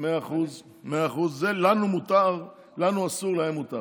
100% לנו אסור, להם מותר.